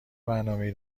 برنامهای